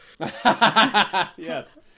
Yes